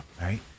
right